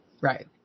right